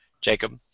Jacob